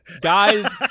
Guys